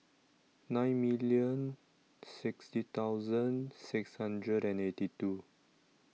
nine million sixty thousand six hundred and eighty two